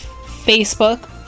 Facebook